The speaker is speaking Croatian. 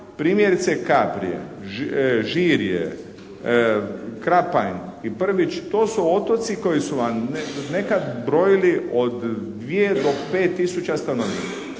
primjerice Kaprije, Žirje, Krapanj i Prvić, to su otoci koji su vam nekad brojili od 2 do 5 tisuća stanovnika.